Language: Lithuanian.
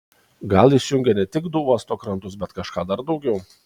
gal jis jungė ne tik du uosto krantus bet kažką dar daugiau